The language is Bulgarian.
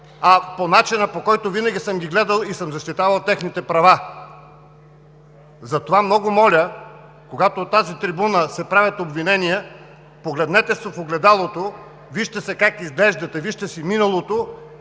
а по начина, по който винаги съм ги гледал и съм защитавал техните права. Затова, много моля, когато от тази трибуна се правят обвинения, погледнете се в огледалото, вижте се как изглеждате, вижте си миналото